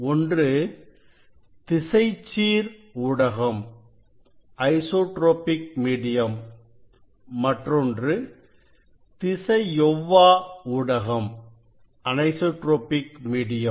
ஒன்று திசைச்சீர் ஊடகம் மற்றொன்று திசையொவ்வா ஊடகம்